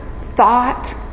thought